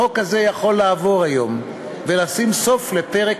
החוק הזה יכול לעבור היום ולשים סוף לפרק